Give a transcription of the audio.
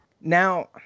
now